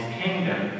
kingdom